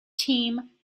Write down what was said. team